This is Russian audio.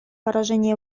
выражение